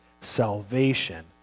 salvation